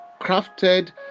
crafted